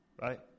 right